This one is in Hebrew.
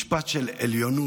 משפט של עליונות,